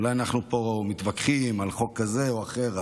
אולי אנחנו פה מתווכחים על חוק כזה או אחר,